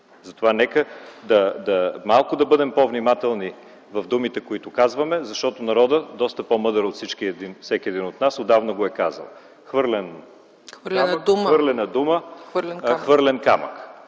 Затова нека да бъдем малко по-внимателни в думите, които казваме, защото народът е доста по-мъдър от всеки от нас и отдавна го е казал: „Хвърлена дума – хвърлен камък”.